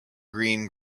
green